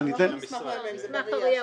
לא מהממ"מ זה ב-RIA.